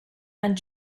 and